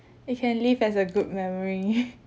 you can leave as a good memory